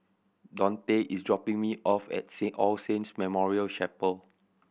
Dontae is dropping me off at All Saints Memorial Chapel